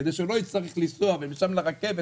כדי שהוא לא יצטרך לנסוע ומשם לרכבת,